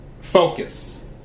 Focus